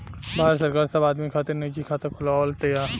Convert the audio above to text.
भारत सरकार सब आदमी खातिर निजी खाता खोलवाव तिया